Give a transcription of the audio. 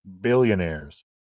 billionaires